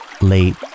late